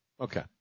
Okay